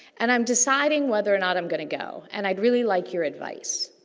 and, i'm deciding whether or not i'm going to go. and, i'd really like your advice.